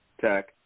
tech